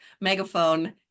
Megaphone